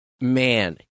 man